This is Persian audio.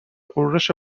غرش